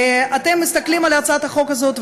אתם מסתכלים על הצעת החוק הזאת,